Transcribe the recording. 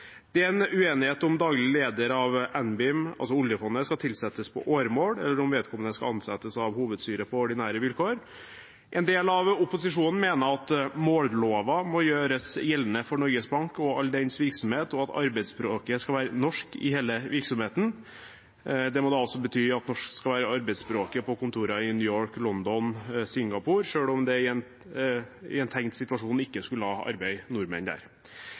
Det er en uenighet om daglig leder av NBIM, oljefondet, skal tilsettes på åremål, eller om vedkommende skal ansettes av hovedstyret på ordinære vilkår. En del av opposisjonen mener at målloven må gjøres gjeldende for Norges Bank og all dens virksomhet, og at arbeidsspråket skal være norsk i hele virksomheten. Det må da også bety at norsk skal være arbeidsspråket på kontorene i New York, London og Singapore, selv om det i en tenkt situasjon ikke skulle arbeide nordmenn der.